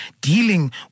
dealing